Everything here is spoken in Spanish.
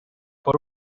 por